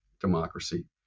democracy